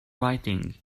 writing